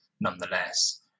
nonetheless